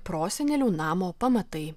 prosenelių namo pamatai